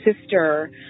sister